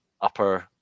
upper